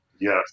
Yes